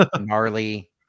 gnarly